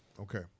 okay